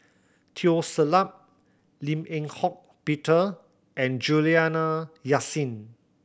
Teo Ser Luck Lim Eng Hock Peter and Juliana Yasin